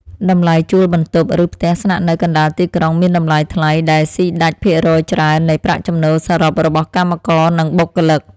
តម្លៃជួលបន្ទប់ ឬផ្ទះស្នាក់នៅកណ្តាលទីក្រុងមានតម្លៃថ្លៃដែលស៊ីដាច់ភាគរយច្រើននៃប្រាក់ចំណូលសរុបរបស់កម្មករនិងបុគ្គលិក។